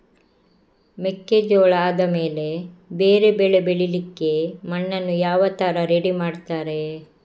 ಮೆಕ್ಕೆಜೋಳ ಆದಮೇಲೆ ಬೇರೆ ಬೆಳೆ ಬೆಳಿಲಿಕ್ಕೆ ಮಣ್ಣನ್ನು ಯಾವ ತರ ರೆಡಿ ಮಾಡ್ತಾರೆ?